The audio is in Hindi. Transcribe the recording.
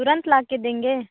तुरंत ला के देंगे